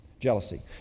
jealousy